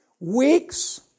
Weeks